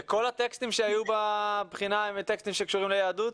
כל הטקסטים שהיו בבחינה הם טקסטים שקשורים ליהדות?